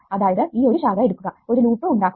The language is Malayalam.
അതായത് ഈ ഒരു ശാഖ എടുക്കുക ഒരു ലൂപ്പ് ഉണ്ടാക്കുക